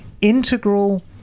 integral